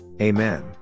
Amen